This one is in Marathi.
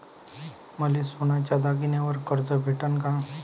मले सोन्याच्या दागिन्यावर कर्ज भेटन का?